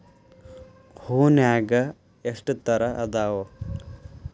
ಹೂನ್ಯಾಗ ಎಷ್ಟ ತರಾ ಅದಾವ್?